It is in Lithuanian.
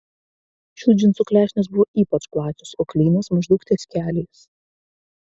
šių džinsų klešnės buvo ypač plačios o klynas maždaug ties keliais